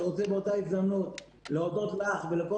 אני רוצה באותה הזדמנות להודות לך ולכל